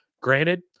Granted